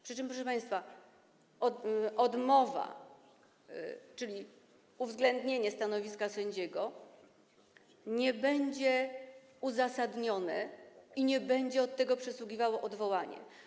Przy czym, proszę państwa, odmowa, czyli uwzględnienie stanowiska sędziego, nie będzie uzasadniona i nie będzie od tego przysługiwało odwołanie.